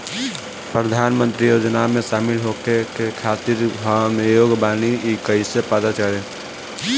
प्रधान मंत्री योजनओं में शामिल होखे के खातिर हम योग्य बानी ई कईसे पता चली?